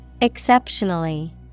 Exceptionally